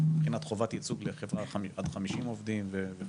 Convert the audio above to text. חובת ייצוג לחברה של עד 50 עובדים וכולה.